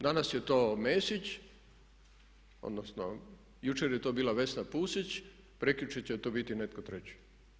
Danas je to Mesić, odnosno jučer je to bila Vesna Pusić, prekjučer će to biti netko treći.